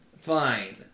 Fine